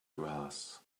grass